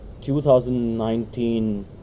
2019